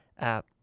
app